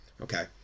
Okay